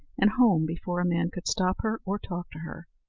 and home before a man could stop her or talk to her.